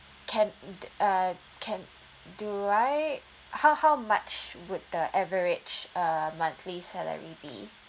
can the uh can do I how how much would the average uh monthly salary be